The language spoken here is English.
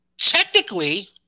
technically